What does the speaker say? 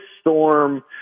storm